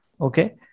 Okay